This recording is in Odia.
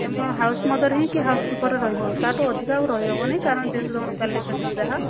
ତୁମେ ହାଉସ ମଦରରେ ହିଁ କି ହାଉସ କିପରରେ ରହିବ ତାଠୁ ଅଧିକ ଆଉ ରହିହବନି କାରଣ ଯେହେତୁ ତୁମର କ୍ବାଲିଫିକେସନ ଯାହା